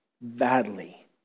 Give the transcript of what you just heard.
badly